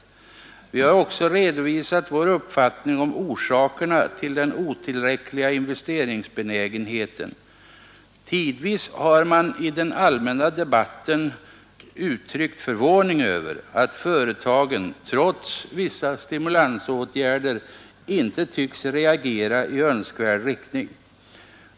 Vi har också redovisat vår uppfattning om orsakerna till den otillräckliga investeringsbenägenheten Tidvis har man i den allmänna debatten uttryckt förvåning över att företagen, trots vissa stimulansåtgärder, inte tycks reagera i önskvärd riktning.